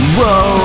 Whoa